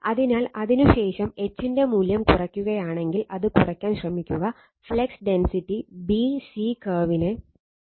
അതിനാൽ അതിനുശേഷം H ൻറെ മൂല്യം കുറയ്ക്കുകയാണെങ്കിൽ അത് കുറയ്ക്കാൻ ശ്രമിക്കുക ഫ്ലക്സ് ഡെൻസിറ്റി b c കർവിനെ പിന്തുടരുന്നുവെന്ന് കണ്ടെത്താം